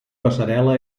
passarel·la